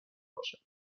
باشد